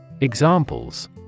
Examples